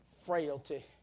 frailty